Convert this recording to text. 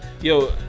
yo